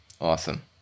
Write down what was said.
Awesome